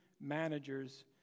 managers